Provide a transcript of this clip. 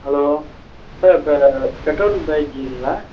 hello sir இப்போ petrol பைக்குங்களா